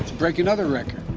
break another record,